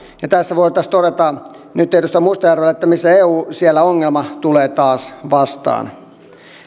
ja tässä voitaisiin todeta nyt edustaja mustajärvelle että missä eu siellä ongelma tulee taas vastaan